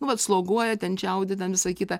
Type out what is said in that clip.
nu vat sloguoja ten čiaudi ten visa kita